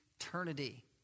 eternity